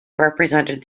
represented